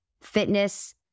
fitness